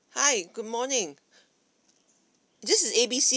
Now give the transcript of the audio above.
hi good morning this is A B C